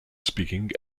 speaking